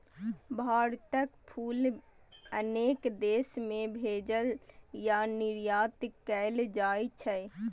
भारतक फूल अनेक देश मे भेजल या निर्यात कैल जाइ छै